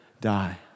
die